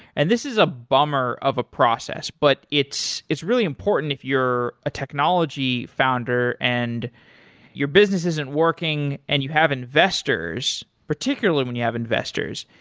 and this is a bummer of a process, but it's it's really important if you're a technology founder and your business isn't working and you have investors, particularly when you have investors.